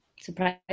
Surprise